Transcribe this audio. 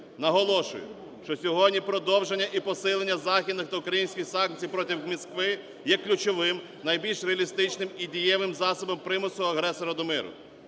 Наголошую, що сьогодні продовження і посилення західних та українських санкцій проти Москви є ключовим, найбільш реалістичним і дієвим засобом примусу агресора до миру.